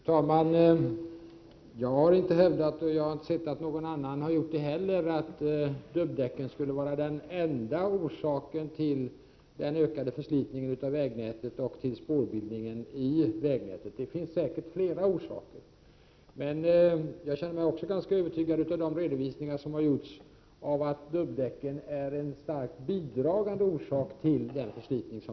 Fru talman! Jag har inte hävdat, och jag har inte hört någon annan göra det heller, att dubbdäcken skulle vara den enda orsaken till den ökade förslitningen av vägnätet och till spårbildningen. Det finns säkert flera orsaker. Men jag känner mig ganska övertygad efter de redovisningar som gjorts om att dubbdäcken är en starkt bidragande orsak till förslitningen.